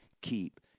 keep